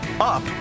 up